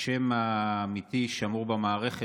השם האמיתי שמור במערכת,